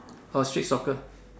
orh street soccer